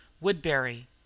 Woodbury